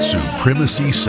Supremacy